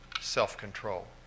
self-control